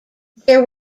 there